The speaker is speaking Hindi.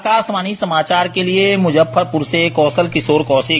आकाशवाणी समाचार के लिये मुजफ्फरपुर से कौशल किशोर कौशिक